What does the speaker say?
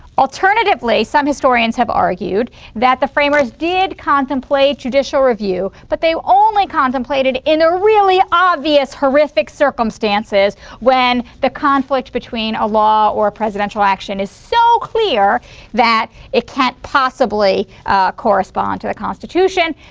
alternatively some historians have argued that the framers did contemplate judicial review but they only contemplated in really obvious, horrific circumstances when the conflict between a law or presidential action is so clear that it can't possibly correspond to the constitution,